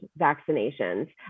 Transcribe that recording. vaccinations